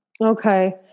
Okay